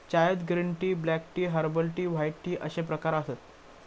चायत green tea, black tea, herbal tea, white tea अश्ये प्रकार आसत